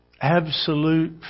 Absolute